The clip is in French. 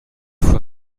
fois